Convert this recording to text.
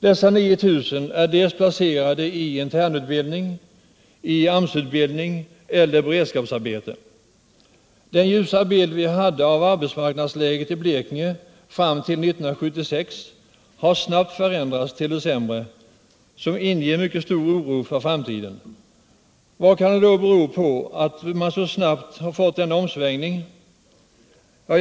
Dessa 9 000 är placerade i internutbildning, i AMS-utbildning eller i beredskapsarbete. Den ljusa bild vi hade av arbetsmarknadsläget i Blekinge fram till 1976 har snabbt förändrats till det sämre och inger oro för framtiden. Vad kan det då bero på att en så snabb omsvängning har skett?